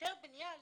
היתר בניה,